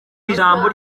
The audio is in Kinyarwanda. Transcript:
ijambo